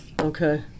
Okay